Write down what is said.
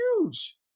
huge